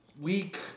week